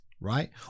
right